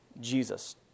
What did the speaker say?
Jesus